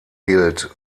gilt